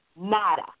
Nada